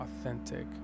authentic